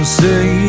say